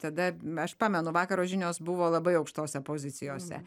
tada aš pamenu vakaro žinios buvo labai aukštose pozicijose